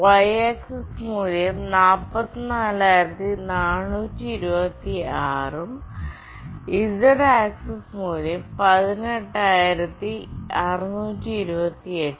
Y axis മൂല്യം 44426 ഉം z axis മൂല്യം 18628 ഉം ആണ്